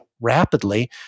rapidly